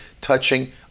touching